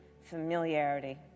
familiarity